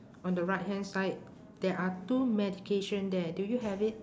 on the right hand side there are two medication there do you have it